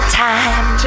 time